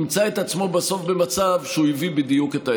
ימצא את עצמו בסוף במצב שהוא הביא בדיוק את ההפך.